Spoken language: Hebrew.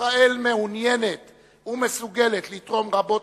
ישראל מעוניינת ומסוגלת לתרום רבות,